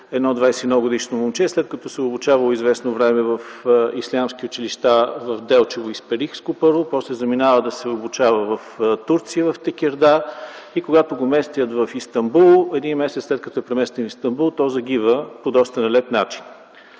едно 21-годишно момче, след като се е обучавало известно време първо в ислямски училища в Делчево, Исперихско, после заминава да се обучава в Турция в Текирдаа, местят го в Истанбул и един месец след като е преместено в Истанбул, то загива по доста нелеп начин.